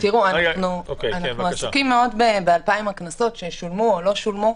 אנחנו עוסקים ב-2,000 הקנסות ששולמו או לא שולמו,